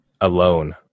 alone